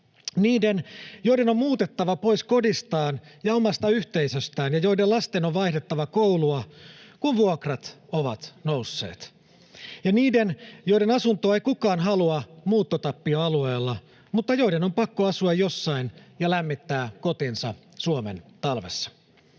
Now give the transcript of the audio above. Niiden, joiden on muutettava pois kodistaan ja omasta yhteisöstään ja joiden lasten on vaihdettava koulua, kun vuokrat ovat nousseet. Ja niiden, joiden asuntoa ei kukaan halua muuttotappioalueella mutta joiden on pakko asua jossain ja lämmittää kotinsa Suomen talvessa.